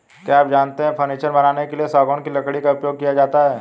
क्या आप जानते है फर्नीचर बनाने के लिए सागौन की लकड़ी का उपयोग किया जाता है